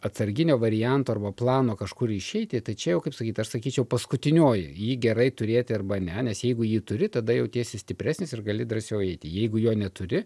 atsarginio varianto arba plano kažkur išeiti tai čia jau kaip sakyt aš sakyčiau paskutinioji jį gerai turėti arba ne nes jeigu jį turi tada jautiesi stipresnis ir gali drąsiau eiti jeigu jo neturi